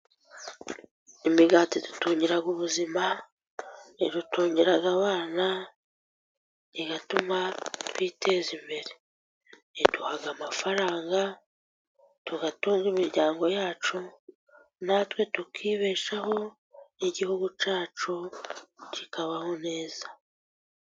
Imigati idutungira ubuzima, idutungira abana, igatuma twiteza imbere. Iduha amafaranga, tugatunga imiryango yacu na twe tukibeshaho, n'Igihugu cyacu kikabaho neza.